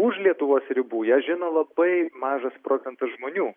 už lietuvos ribų ją žino labai mažas procentas žmonių